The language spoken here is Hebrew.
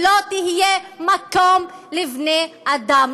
היא לא תהיה מקום לבני אדם,